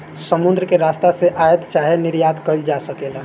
समुद्र के रस्ता से आयात चाहे निर्यात कईल जा सकेला